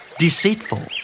Deceitful